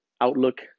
Outlook